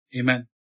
amen